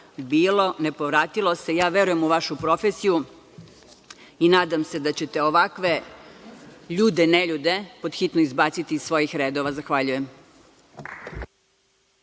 Bilo, ne povratilo se. Ja verujem u vašu profesiju i nadam se da ćete ovakve ljude, neljude pod hitno izbaciti iz svojih redova. Zahvaljujem.